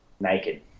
Naked